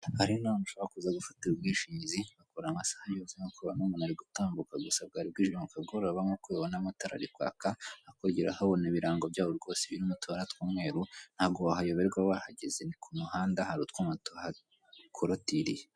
Aha rero ni ahantu ushobora kuza gufatira ubwishingizi bakora amasaha yose nk'uko ubibona umuntu ari gutambuka gusa bwari bwijije ni mu kagoroba nk'uko ubibona amatara ari kwaka hakurya urahabona ibirango byaho rwose biriri mutubara tw'umweru ntabwo wahayoberwa wahageze ni ku muhanda hari utwuma tuhakorotiriye.